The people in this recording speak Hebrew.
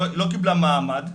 היא לא קיבלה מעמד.